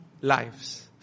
Lives